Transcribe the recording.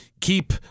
keep